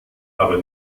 aber